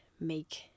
make